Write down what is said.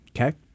Okay